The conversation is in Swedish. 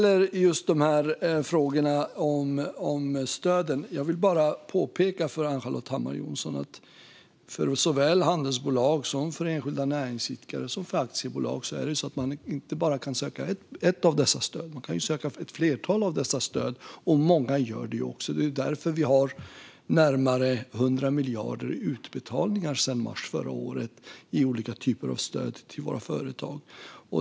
När det gäller frågorna om stöden vill jag bara påpeka för Ann-Charlotte Hammar Johnsson att såväl handelsbolag som enskilda näringsidkare och aktiebolag kan söka inte bara ett av dessa stöd. Man kan ju söka ett flertal av dessa stöd, och många gör det också. Det är därför det har gjorts närmare 100 miljarder i utbetalningar sedan mars förra året av olika typer av stöd till våra företag.